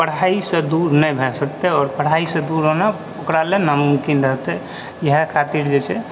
पढाईसँ दूर नहि भए सकतै आओर पढाईसँ दूर होना ओकरा लए नामुमकिन रहतै इएह खातिर जे छै